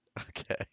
Okay